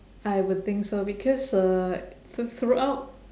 I would think so because uh through~ throughout